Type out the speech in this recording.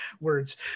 words